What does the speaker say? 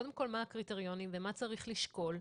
מה הקריטריונים ומה צריך לשקול,